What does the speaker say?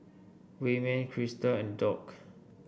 Wayman Crysta and Dock